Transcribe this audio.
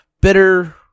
bitter